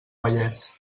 vallès